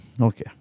Okay